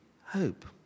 hope